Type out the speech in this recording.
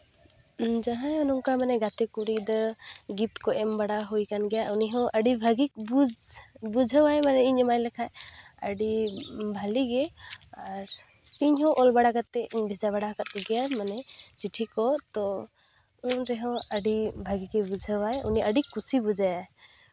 ᱡᱟᱦᱟᱸᱭ ᱦᱚᱸ ᱱᱚᱝᱠᱟ ᱢᱟᱱᱮ ᱜᱟᱛᱮ ᱠᱩᱲᱤ ᱜᱤᱫᱽᱨᱟᱹ ᱜᱤᱯᱷᱴ ᱠᱚ ᱮᱢ ᱵᱟᱲᱟ ᱦᱩᱭ ᱟᱠᱟᱱ ᱜᱮᱭᱟ ᱩᱱᱤ ᱦᱚᱸ ᱟᱹᱰᱤ ᱵᱷᱟᱹᱜᱤ ᱵᱩᱡᱽ ᱵᱩᱡᱷᱟᱹᱣ ᱟᱭ ᱢᱟᱱᱮ ᱤᱧ ᱮᱢᱟᱭ ᱞᱮᱠᱷᱟᱡ ᱟᱹᱰᱤ ᱵᱷᱟᱹᱞᱤᱜᱮ ᱟᱨ ᱤᱧᱦᱚᱸ ᱚᱞ ᱵᱟᱲᱟᱠᱟᱛᱮᱜ ᱤᱧ ᱵᱷᱮᱡᱟ ᱵᱟᱲᱟ ᱠᱚᱜᱮᱭᱟ ᱢᱟᱱᱮ ᱪᱤᱴᱷᱤ ᱠᱚ ᱛᱳ ᱩᱱ ᱨᱮᱦᱚᱸ ᱟᱹᱰᱤ ᱵᱷᱟᱹᱜᱤ ᱜᱮ ᱵᱩᱡᱷᱟᱹᱣ ᱟᱭ ᱩᱱᱤ ᱟᱹᱰᱤ ᱠᱩᱥᱤ ᱵᱩᱡᱟᱭ